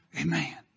Amen